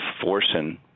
forcing